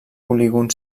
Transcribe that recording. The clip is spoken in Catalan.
polígon